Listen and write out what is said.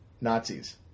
Nazis